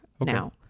now